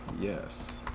Yes